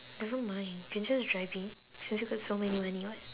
nevermind you can just drive it since you got so many money [what]